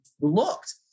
looked